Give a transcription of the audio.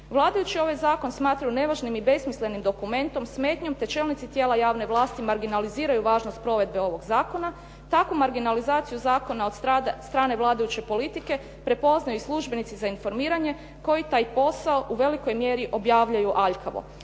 Vladajući ovaj zakon smatraju nevažnim i besmislenim dokumentom, smetnjom, te čelnici tijela javne vlasti marginaliziraju važnost provedbe ovog zakona. Takvu marginalizaciju zakona od strane vladajuće politike prepoznaju i službenici za informiranje koji taj posao u velikoj mjeri obavljaju aljkavo.